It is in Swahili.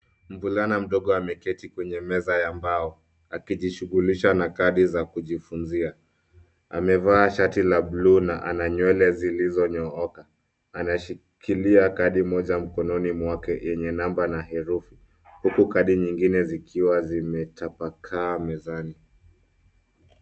Mvulana mdogo ameketi kwenye meza ya mbao. akijishughulisha na kadi za kujifunzia. Amevaa shati la bluu na ana nywele zilizo nyooka anashikilia kadi moja mkononi mwake ,yenye namba na herufi, huku kadi zingine zikiwa zimetapakaa mezani.